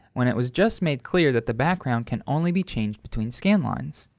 when it was just made clear that the background can only be changed between scanlines?